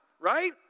right